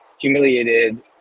humiliated